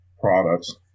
products